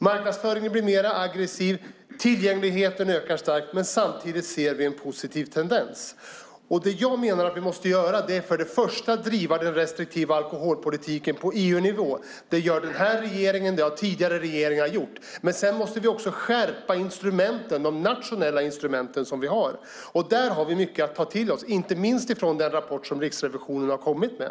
Marknadsföringen blir mer aggressiv, tillgängligheten ökar starkt men samtidigt ser vi en positiv tendens. Det jag menar att vi måste göra är för det första att driva den restriktiva alkoholpolitiken på EU-nivå. Det gör den här regeringen, och det har tidigare regeringar gjort. För det andra måste vi också skärpa de nationella instrumenten vi har. Där har vi mycket att ta till oss inte minst från den rapport som Riksrevisionen har kommit med.